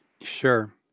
Sure